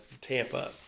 Tampa